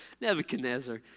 Nebuchadnezzar